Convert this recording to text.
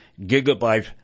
gigabyte